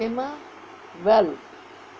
என்னா:ennaa well